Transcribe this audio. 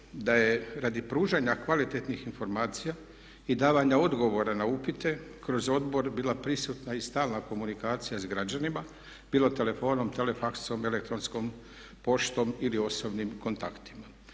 da je radi pružanja kvalitetnih informacija i davanja odgovora na upite kroz odbor bila prisutna i stalna komunikacija sa građanima bilo telefonom, telefaksom i elektronskom poštom ili osobnim kontaktima.